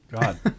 God